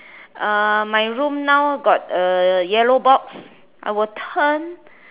uh my room now got a yellow box I will turn